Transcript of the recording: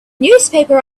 newspaper